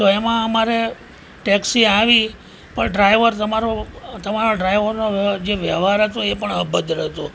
તો એમાં અમારે ટેક્સી આવી પણ ડ્રાઇવર તમારો તમારો ડ્રાઇવરનો જે વ્યવહાર હતો એ પણ અભદ્ર હતો